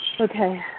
Okay